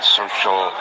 social